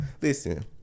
listen